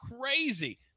crazy